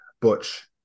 Butch